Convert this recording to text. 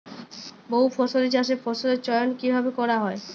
বহুফসলী চাষে ফসলের চয়ন কীভাবে করা হয়?